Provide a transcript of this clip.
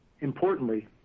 Importantly